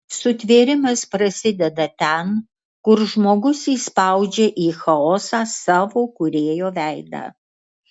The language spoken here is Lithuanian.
sutvėrimas prasideda ten kur žmogus įspaudžia į chaosą savo kūrėjo veidą